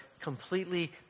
completely